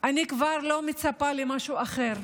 אני כבר לא מצפה למשהו אחר.